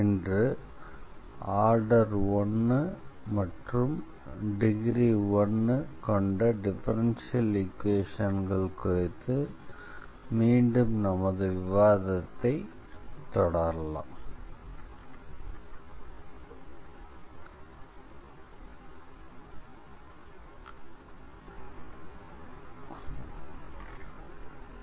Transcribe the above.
இன்று ஆர்டர் 1 மற்றும் டிகிரி 1 கொண்ட டிஃபரன்ஷியல் ஈக்வேஷன்கள் குறித்து மீண்டும் நமது விவாதத்தைத் தொடருவோம்